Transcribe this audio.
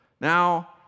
Now